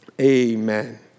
Amen